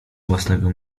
własnego